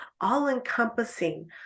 all-encompassing